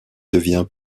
devient